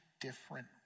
different